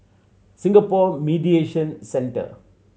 Singapore Mediation Centre